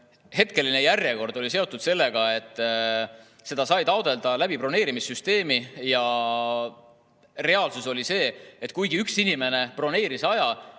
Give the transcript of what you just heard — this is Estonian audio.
hetkeline järjekord? See oli seotud sellega, et aega sai taotleda läbi broneerimissüsteemi ja reaalsus oli see, et kuigi üks inimene broneeris aja,